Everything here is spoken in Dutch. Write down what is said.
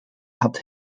had